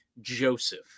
Joseph